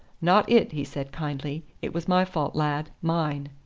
not it, he said kindly. it was my fault, lad mine.